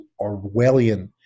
Orwellian